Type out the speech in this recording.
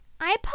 I